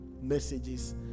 messages